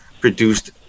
produced